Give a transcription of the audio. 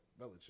Belichick